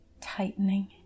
tightening